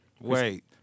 wait